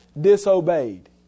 disobeyed